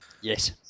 Yes